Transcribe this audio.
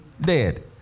dead